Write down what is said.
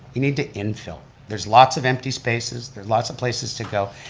we need to infill. there's lots of empty spaces, there's lots of places to go,